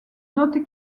note